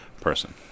person